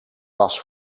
was